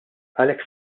għalhekk